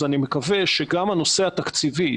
אז אני מקווה שגם הנושא התקציבי,